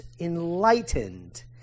enlightened